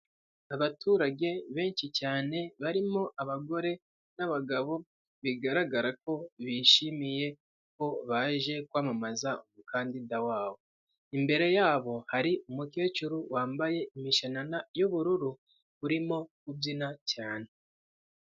Abaturage benshi cyane barimo abagore n'abagabo bigaragara ko bishimiye ko baje kwamamaza umukandida wa bo. Imbere yabo hari umukecuru wambaye imishanana y'uburu urimo ubyina cyane.